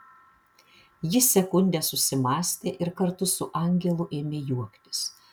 ji sekundę susimąstė ir kartu su angelu ėmė juoktis